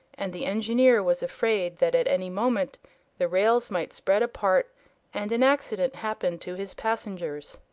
and the engineer was afraid that at any moment the rails might spread apart and an accident happen to his passengers.